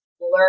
learn